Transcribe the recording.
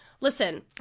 listen